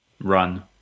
run